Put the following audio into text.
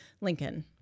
Lincoln